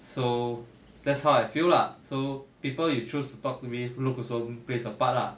so that's how I feel lah so people you choose to talk with look also plays a part lah